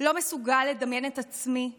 לא מסוגל לדמיין את עצמי אוהב,